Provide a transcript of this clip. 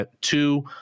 two